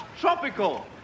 tropical